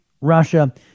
Russia